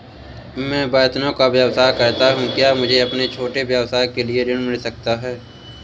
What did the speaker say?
मैं बर्तनों का व्यवसाय करता हूँ क्या मुझे अपने छोटे व्यवसाय के लिए ऋण मिल सकता है?